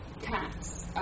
cats